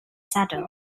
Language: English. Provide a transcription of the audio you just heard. saddle